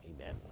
Amen